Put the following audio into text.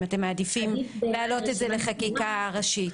אם אתם מעדיפים להעלות את זה לחקיקה ראשית.